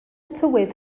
tywydd